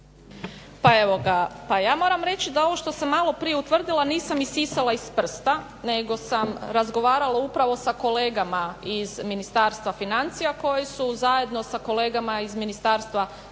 Pa evo ga, pa ja moram reći da ovo što sam maloprije utvrdila nisam isisala iz prsta, nego sam razgovarala upravo sa kolegama iz Ministarstva financija koji su zajedno sa kolegama iz Ministarstva zaštite